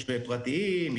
יש פרטיים,